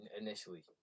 Initially